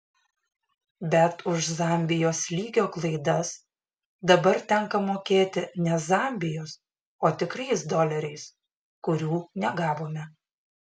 bet už zambijos lygio klaidas dabar tenka mokėti ne zambijos o tikrais doleriais kurių negavome